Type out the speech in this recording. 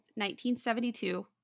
1972